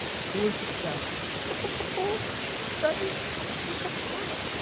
who would expect but but but poor, stuttering professor quirrell?